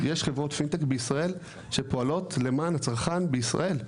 יש חברות פינטק בישראל שפועלות למען הצרכן בישראל,